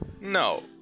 No